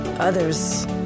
others